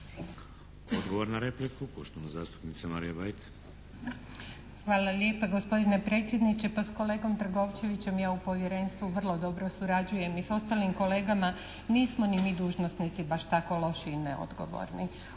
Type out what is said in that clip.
Odgovor na repliku, poštovana zastupnica Marija Bajt. **Bajt, Marija (HDZ)** Hvala lijepa gospodine predsjedniče. Pa s kolegom Trgovčevićem ja u Povjerenstvu vrlo dobro surađujem i s ostalim kolegama nismo ni mi dužnosnici baš tako loši i neodgovorni,